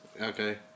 okay